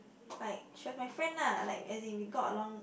like she was my friend lah like as it we got along